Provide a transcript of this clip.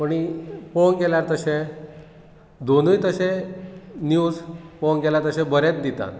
पूण पळोवंक गेल्यार तशें दोनूय तशें निव्ज पळोवंक गेल्यार तशें बरेंच दिता